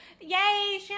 yay